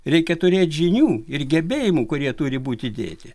reikia turėt žinių ir gebėjimų kurie turi būt įdėti